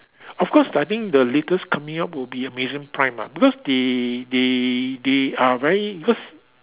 of course I think the latest coming up will be Amazon prime lah because they they they are very because